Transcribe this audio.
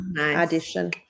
addition